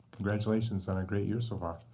congratulations on a great year so far.